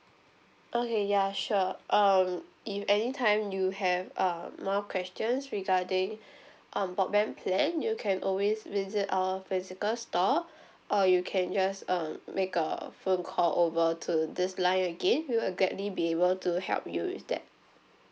okay ya sure um if anytime you have uh more questions regarding um broadband plan you can always visit our physical store or you can just uh make a phone call over to this line again we will gladly be able to help you with that